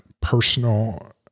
personal